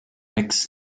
mixed